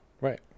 right